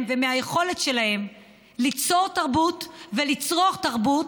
ומהיכולת שלהם ליצור תרבות ולצרוך תרבות,